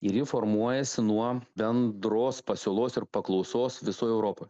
ir ji formuojasi nuo bendros pasiūlos ir paklausos visoj europoj